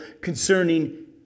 concerning